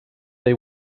they